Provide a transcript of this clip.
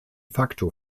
facto